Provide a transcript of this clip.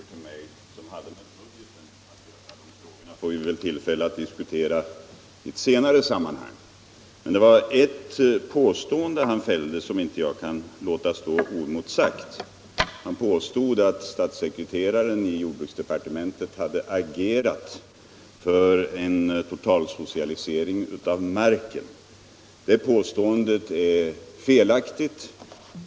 Herr talman! Herr Larsson i Borrby ställde några frågor till mig som hade med budgeten att göra. De frågorna får vi väl tillfälle att diskutera i ett senare sammanhang, men han gjorde också ett påstående som jag inte kan låta stå oemotsagt. Han påstod att statssekreteraren i jordbruksdepartementet hade agerat för en totalsocialisering av marken. Det påståendet är felaktigt.